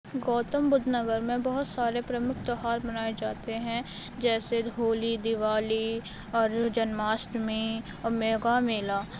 گوتم بدھ نگر میں بہت سارے پرمکھ تہوار منائے جاتے ہیں جیسے ہولی دیوالی اور جنماشٹمی اور میگھا میلا